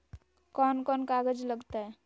कौन कौन कागज लग तय?